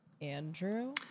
Andrew